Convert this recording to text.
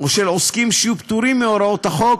או של עוסקים שיהיו פטורים מהוראות החוק